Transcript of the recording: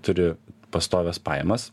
turi pastovias pajamas